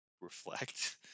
reflect